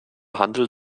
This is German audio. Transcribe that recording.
handel